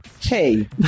hey